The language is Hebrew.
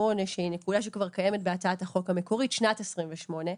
שהיא נקודה שכבר קיימת בהצעת החוק המקורית --- אבל